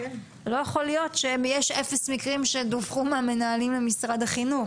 לא יכול להיות שיש אפס מקרים שדווחו מהמנהלים למשרד החינוך.